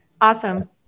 Awesome